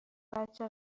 بچه